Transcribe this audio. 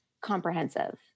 comprehensive